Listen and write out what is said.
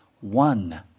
One